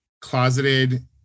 closeted